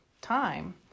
time